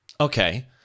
Okay